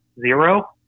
Zero